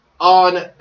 on